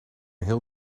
heel